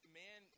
man